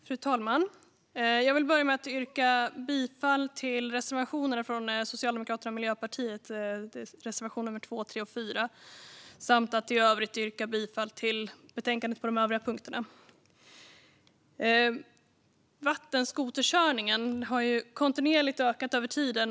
Fru talman! Jag vill börja med att yrka bifall till reservationerna från Socialdemokraterna och Miljöpartiet - reservationerna 2, 3 och 4. I övrigt yrkar jag bifall till utskottets förslag i betänkandet. Vattenskoterkörningen har kontinuerligt ökat över tid.